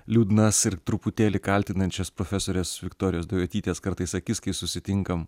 liūdnas ir truputėlį kaltinančias profesorės viktorijos daujotytės kartais akis kai susitinkam